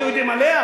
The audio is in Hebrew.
עכשיו יודעים עליה,